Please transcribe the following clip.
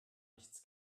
nichts